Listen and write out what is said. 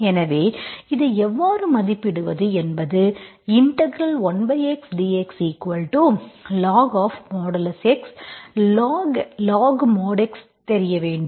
எனவே இதை எவ்வாறு மதிப்பிடுவது என்பது 1xdxlog⁡|x|log x log mod x தெரிய வேண்டும்